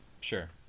Sure